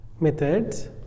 methods